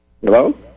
Hello